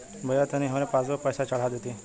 भईया तनि हमरे पासबुक पर पैसा चढ़ा देती